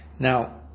Now